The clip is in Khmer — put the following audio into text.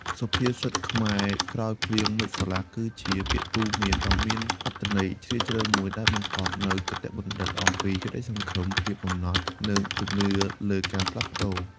សុភាសិតខ្មែរ ក្រោយភ្លៀង មេឃស្រឡះ គឺជាពាក្យទូន្មានដ៏មានអត្ថន័យជ្រាលជ្រៅមួយ ដែលបង្កប់នូវគតិបណ្ឌិតអំពី ក្តីសង្ឃឹម ភាពអំណត់ និងជំនឿលើការផ្លាស់ប្តូរ។